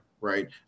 right